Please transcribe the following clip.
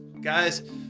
guys